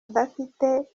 adafite